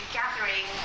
gathering